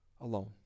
alone